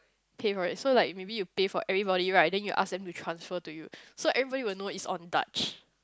pay for it so like maybe you pay for everybody right then you ask them to transfer to you so everybody will know it's on dutch